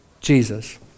Jesus